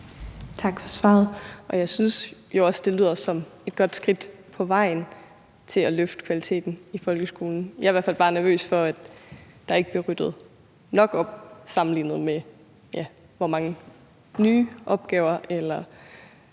Tak for svaret. Jeg synes jo også, det lyder som et godt skridt på vejen til at løfte kvaliteten i folkeskolen. Jeg er bare nervøs for, at der ikke bliver ryddet nok op, i forhold til hvor mange nye opgaver eller